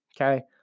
okay